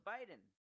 Biden